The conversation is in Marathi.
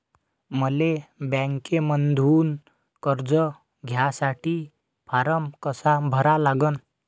मले बँकेमंधून कर्ज घ्यासाठी फारम कसा भरा लागन?